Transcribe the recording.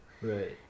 Right